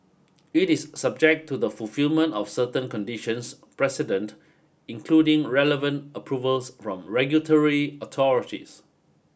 it is subject to the fulfilment of certain conditions precedent including relevant approvals from regulatory authorities